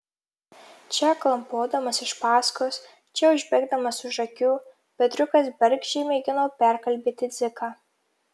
čia klampodamas iš paskos čia užbėgdamas už akių petriukas bergždžiai mėgino perkalbėti dziką